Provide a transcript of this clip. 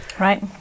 Right